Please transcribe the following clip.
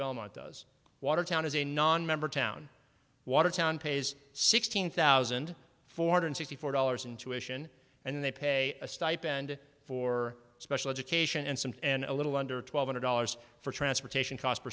belmont does watertown as a nonmember town watertown pays sixteen thousand four hundred sixty four dollars in tuition and they pay a stipend for special education and some and a little under twelve hundred dollars for transportation cost per